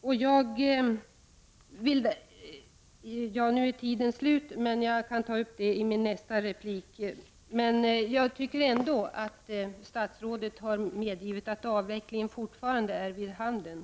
Nu är min tid ute och jag får spara resten till mitt nästa inlägg, men jag tycker ändå att statsrådet har medgivit att avvecklingsbeslutet fortfarande gäller.